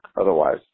Otherwise